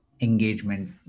engagement